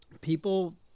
People